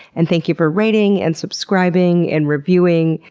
and thank you for rating, and subscribing, and reviewing.